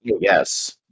yes